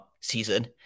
season